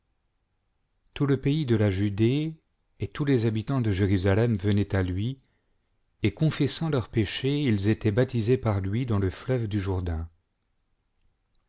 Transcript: tout le pays de la judée et tous les habitants de jérusalem venaient à lui et confessant leurs péchés ils étaient baptisés par lui dans le fleuve du